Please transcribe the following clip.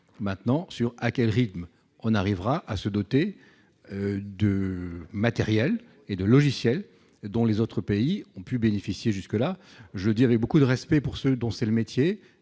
maintenant sur à quel rythme on arrivera à se doter de matériel et de logiciels dans les autres pays ont pu bénéficier, jusque-là, je dirais beaucoup de respect pour ceux dont c'est le métier,